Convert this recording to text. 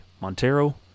Montero